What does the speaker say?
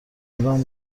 زدم